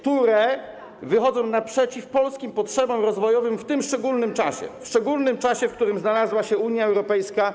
które wychodzą naprzeciw polskim potrzebom rozwojowym w tym szczególnym czasie - w szczególnym czasie, w którym znalazła się Unia Europejska.